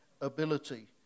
ability